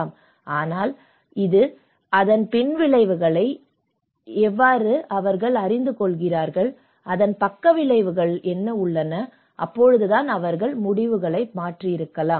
ஆனால் இது அதன் பின் விளைவுகள் என்று அவர்கள் அறிந்துகொள்கிறார்கள் அதன் பக்க விளைவுகள் உள்ளன அப்போதுதான் அவர்கள் முடிவுகளை மாற்றியிருக்கலாம்